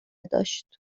داشت